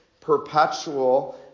perpetual